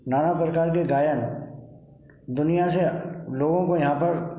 नाना प्रकार के गायन दुनिया से लोगों को यहाँ पर